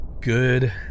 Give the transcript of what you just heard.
Good